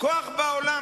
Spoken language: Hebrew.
כוח בעולם